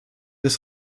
des